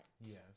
Yes